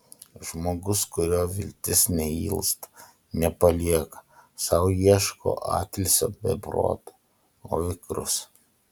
žmogus kurio viltis neilsta nepalieka sau ieško atilsio be proto o vikrus